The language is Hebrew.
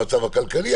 המצב הכלכלי,